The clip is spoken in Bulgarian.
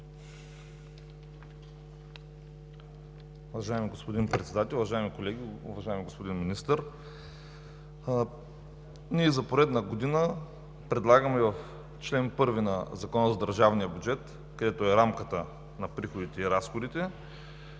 Уважаеми господин Председател, уважаеми колеги, уважаеми господин Министър! Ние за поредна година предлагаме в чл. 1 на Закона за държавния бюджет, където е рамката на приходите и разходите,